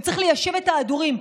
וצריך ליישב את ההדורים,